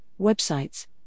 websites